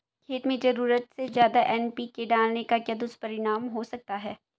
खेत में ज़रूरत से ज्यादा एन.पी.के डालने का क्या दुष्परिणाम हो सकता है?